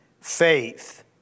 faith